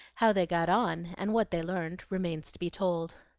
how they got on, and what they learned, remains to be told.